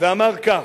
ואמר כך,